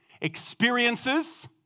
Experiences